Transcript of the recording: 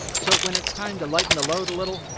so, when it's time to lighten the load a little,